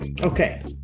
Okay